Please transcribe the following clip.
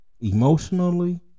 emotionally